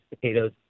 potatoes